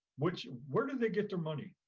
which, where do they get their money?